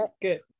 good